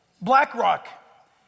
BlackRock